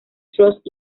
trust